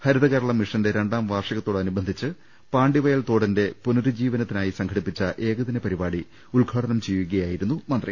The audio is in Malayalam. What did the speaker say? ഹരിതകേരളം മിഷന്റെ രണ്ടാം വാർഷികത്തോടുനുബന്ധിച്ച് പാണ്ടിവയൽ തോടിന്റെ പുനരുജ്ജീവനത്തിനായി സംഘടിപ്പിച്ച ഏകദിന പരിപാടി ഉദ്ഘാടനം ചെയ്യുകയായിരുന്നു മന്ത്രി